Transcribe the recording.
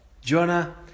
Jonah